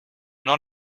not